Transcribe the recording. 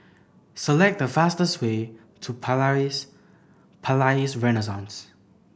select the fastest way to Palais Renaissance